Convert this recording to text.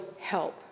help